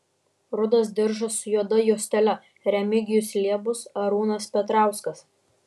rudas diržas su juoda juostele remigijus liebus arūnas petrauskas